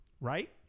right